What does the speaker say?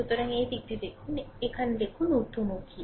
সুতরাং এই দিকটি দেখুন এখানে দেখুন ঊর্ধ্বমুখী